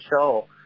show